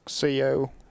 CO